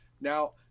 Now